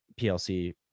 PLC